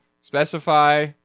specify